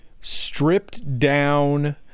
stripped-down